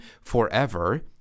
forever